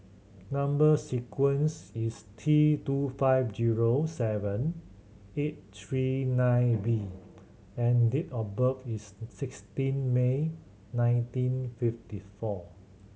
number sequence is T two five zero seven eight three nine B and date of birth is sixteen May nineteen fifty four